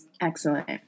excellent